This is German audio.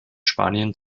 spanien